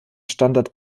standard